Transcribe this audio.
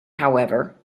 however